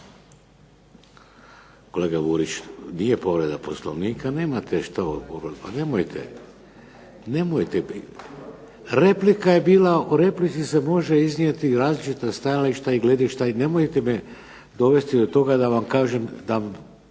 Kolega Burić nije povreda Poslovnika. Nemate što ... nemojte. Replika je bila u replici se može iznijeti različita stajališta i gledišta i nemojte me dovesti do toga da vam kažem da